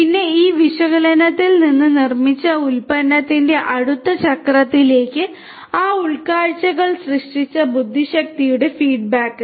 പിന്നെ ഈ വിശകലനത്തിൽ നിന്ന് നിർമ്മിച്ച ഉൽപ്പന്നത്തിന്റെ അടുത്ത ചക്രത്തിലേക്ക് ആ ഉൾക്കാഴ്ചകൾ സൃഷ്ടിച്ച ബുദ്ധിശക്തിയുടെ ഫീഡ്ബാക്ക്